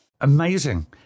Amazing